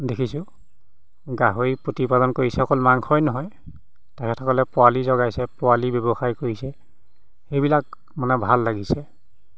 দেখিছো গাহৰি প্ৰতিপালন কৰিছে অকল মাংসই নহয় তেখেতসকলে পোৱালি জগাইছে পোৱালি ব্যৱসায় কৰিছে সেইবিলাক মানে ভাল লাগিছে